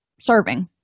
serving